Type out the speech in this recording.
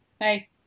hey